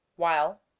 while,